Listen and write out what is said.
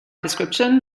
description